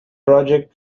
project